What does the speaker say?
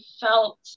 felt